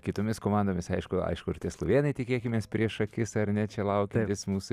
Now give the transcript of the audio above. kitomis komandomis aišku aišku ir tie slovėnai tikėkimės prieš akis ar ne čia laukia vis mūsų